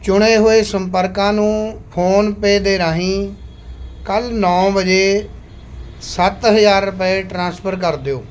ਚੁਣੇ ਹੋਏ ਸੰਪਰਕਾਂ ਨੂੰ ਫੋਨਪੇਅ ਦੇ ਰਾਹੀਂ ਕੱਲ੍ਹ ਨੌ ਵਜੇ ਸੱਤ ਹਜ਼ਾਰ ਰੁਪਏ ਟਰਾਂਸਫਰ ਕਰ ਦਿਓ